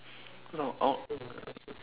cause I'm out